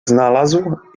znalazł